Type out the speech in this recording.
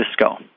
Cisco